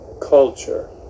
culture